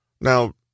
Now